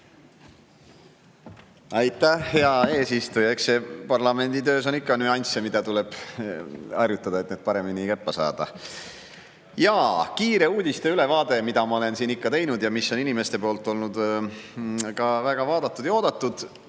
Aitäh, hea eesistuja! Eks parlamendi töös on ikka nüansse, mida tuleb harjutada, et need paremini käppa saada. Jaa, nüüd siis kiire uudiste ülevaade, mida ma olen siin ikka teinud ja mis on inimeste poolt olnud ka väga vaadatud ja oodatud.